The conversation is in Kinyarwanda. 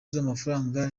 z’amafaranga